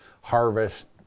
harvest